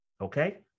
okay